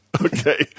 okay